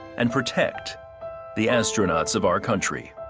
and protect the astronauts of our country.